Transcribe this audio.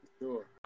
sure